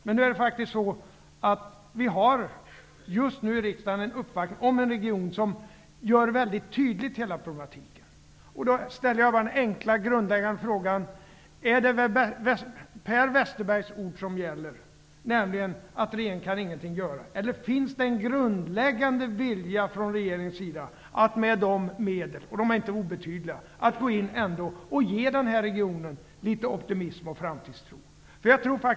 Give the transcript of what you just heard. Men just nu befinner sig en uppvaktning från denna region här, som tydliggör hela problematiken. Jag vill då ställa den enkla och grundläggande frågan: Är det Per Westerbergs ord som gäller, att regeringen ingenting kan göra, eller finns det en vilja hos regeringen att använda sig av de medel som inte alls är obetydliga för att gå in och ge denna region litet optimism och framtidstro?